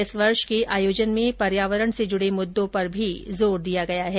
इस वर्ष के आयोजन में पर्यावरण से जुड़े मुद्दों पर भी जोर दिया गया है